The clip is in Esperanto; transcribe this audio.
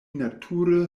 nature